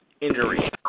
injury